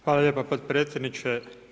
Hvala lijepa potpredsjedniče.